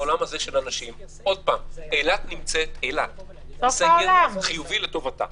אילת נמצאת בסגר חיובי לטובתה.